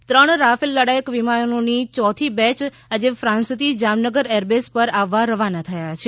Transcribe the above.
રા કેલ ત્રણ રાફેલ લડાયક વિમાનોની ચોથી બેચ આજે ફાન્સથી જામનગર એરબેઝ પર આવવા રવાના થયાં છે